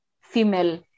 female